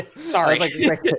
Sorry